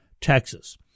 Texas